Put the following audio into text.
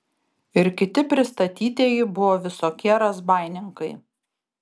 ir kiti pristatytieji buvo visokie razbaininkai